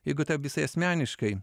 jeigu taip visai asmeniškai